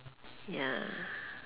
ya